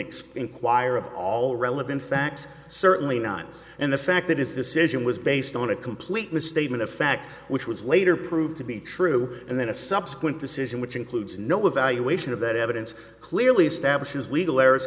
expand quire of all relevant facts certainly not and the fact that is decision was based on a complete misstatement of fact which was later proved to be true and then a subsequent decision which includes no evaluation of that evidence clearly establishes legal